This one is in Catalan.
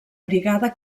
brigada